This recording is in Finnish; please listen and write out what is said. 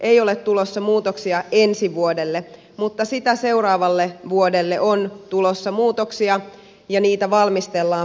ei ole tulossa muutoksia ensi vuodelle mutta sitä seuraavalle vuodelle on tulossa muutoksia ja niitä valmistellaan parhaillaan